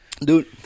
Dude